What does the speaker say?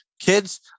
kids